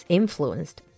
influenced